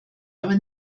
aber